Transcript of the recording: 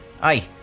Aye